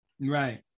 Right